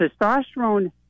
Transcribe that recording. testosterone